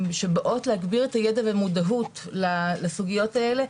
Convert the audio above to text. שבאות להגביר את הידע והמודעות לסוגיות האלה,